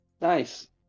Nice